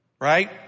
right